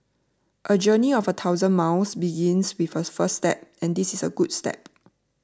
a journey of a thousand miles begins with a first step and this is a good step